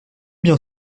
bien